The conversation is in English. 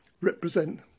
represent